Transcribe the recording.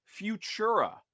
Futura